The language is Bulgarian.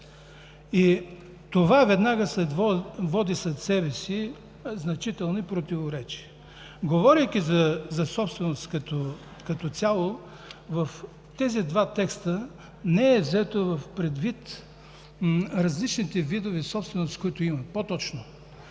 Това веднага води след себе си значителни противоречия. Говорейки за собственост като цяло, в тези два текста не са взети предвид различните видове собственост, които има. По-точно